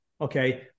Okay